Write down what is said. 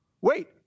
Wait